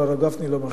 אבל הרב גפני לא מרשה.